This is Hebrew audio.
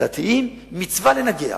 לדתיים מצווה לנגח,